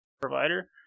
provider